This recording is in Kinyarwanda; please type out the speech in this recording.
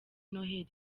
noheli